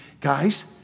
Guys